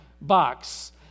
box